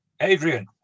Adrian